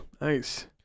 Nice